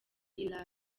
iraq